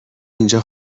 اینجا